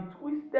twisted